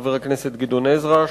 חבר הכנסת גדעון עזרא,